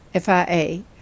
FIA